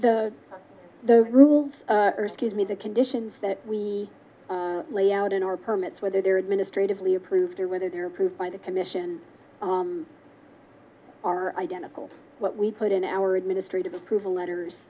the the rules give me the conditions that we lay out in our permits whether they're administratively approved or whether they are approved by the commission are identical what we put in our administrative approval letters